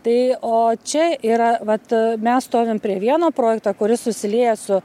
tai o čia yra vat mes stovim prie vieno projekto kuris susilieja su